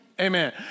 Amen